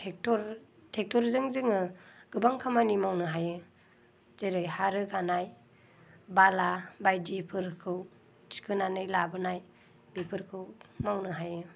ट्रेक्ट'रजों जोङो गोबां खामानि मावनो हायो जेरै हा रोगानाय बाला बायदिफोरखौ थिखांनानै लाबोनाय बेफोरखौ मावनो हायो